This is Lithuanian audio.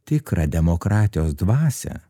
tikrą demokratijos dvasią